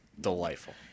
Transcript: delightful